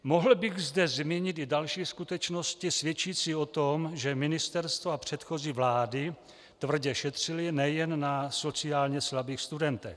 Mohl bych zde zmínit i další skutečnosti svědčící o tom, že ministerstvo a předchozí vlády tvrdě šetřily nejen na sociálně slabých studentech.